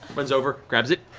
runs over, grabs it.